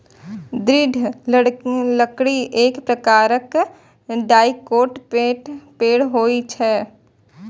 दृढ़ लकड़ी एक प्रकारक डाइकोट पेड़ होइ छै